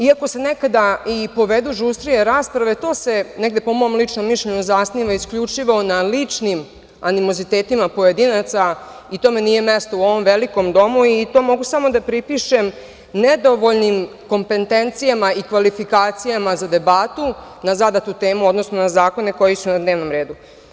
Iako se nekada i povedu žustrije rasprave, to se negde po mom mišljenju zasniva isključivo na ličnim animozitetima pojedinaca i tome nije mesto u ovom velikom domu i to mogu samo pripišem nedovoljnim kompetencijama i kvalifikacijama za debatu na zadatu temu, odnosno na zakone koji su na dnevnom redu.